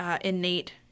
innate